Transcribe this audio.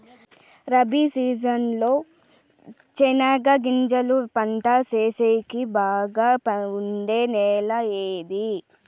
Rabi season లో చెనగగింజలు పంట సేసేకి బాగా ఉండే నెల ఏది?